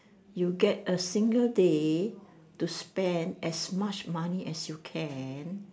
you get a single day to spend as much money as you can